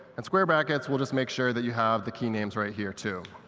in square brackets, we'll just make sure that you have the key names right here, too.